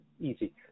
Easy